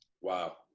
Wow